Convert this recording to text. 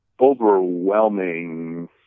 overwhelming